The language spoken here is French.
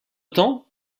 temps